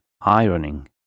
ironing